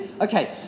Okay